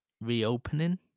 reopening